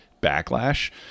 backlash